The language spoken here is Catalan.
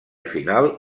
final